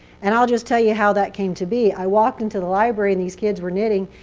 and i'll just tell you how that came to be. i walked into the library. and these kids were knitting.